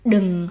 Đừng